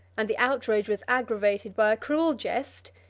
and the outrage was aggravated by a cruel jest,